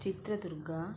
Chitradurga